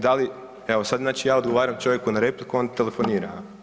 Da li, evo sada znači ja odgovaram čovjeku na repliku, on telefonira.